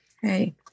Hey